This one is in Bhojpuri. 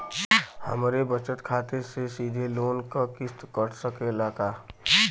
हमरे बचत खाते से सीधे लोन क किस्त कट सकेला का?